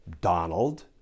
Donald